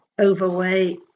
overweight